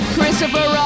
Christopher